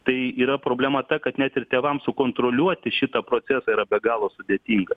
tai yra problema ta kad net ir tėvam sukontroliuoti šitą procesą yra be galo sudėtinga